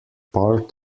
part